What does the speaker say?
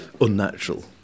unnatural